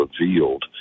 revealed